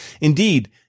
Indeed